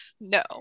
no